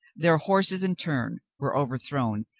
their horses in turn were overthrown,